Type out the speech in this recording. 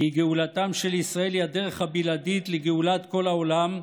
כי גאולתם של ישראל היא הדרך הבלעדית לגאולת כל העולם,